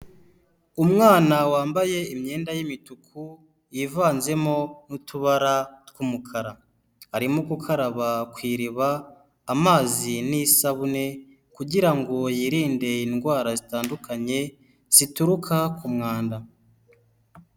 Umwana wambaye imyenda y'imituku yivanzemo n'utubara tw'umukara arimo gukaraba ku iriba amazi n'isabune kugira ngo yirinde indwara zitandukanye zituruka ku mwanda.